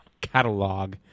catalog